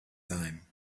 time